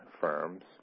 firms